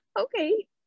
okay